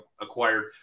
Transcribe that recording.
acquired